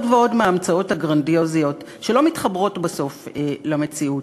עוד ועוד מההמצאות הגרנדיוזיות שלא מתחברות בסוף למציאות.